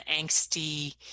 angsty